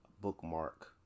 Bookmark